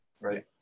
right